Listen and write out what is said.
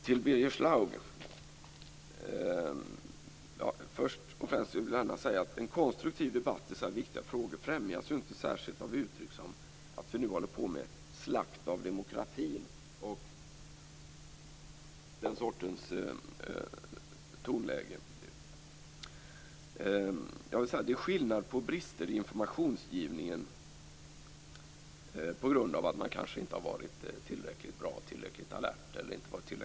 Till Birger Schlaug vill jag först och främst säga att en konstruktiv debatt i så här viktiga frågor inte särskilt främjas av ett tonläge präglat av uttryck som att vi nu håller på med en slakt av demokratin. Jag vill säga att det är skillnad mellan å ena sidan brister i informationsgivningen på grund av att man kanske inte har varit tillräckligt bra, alert, kompetent e.d.